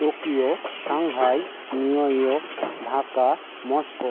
Tokyo Shanghai New York Dhaka Moscow